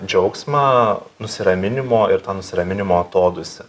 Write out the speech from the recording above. džiaugsmą nusiraminimo ir nusiraminimo atodūsį